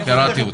אני קראתי אותו.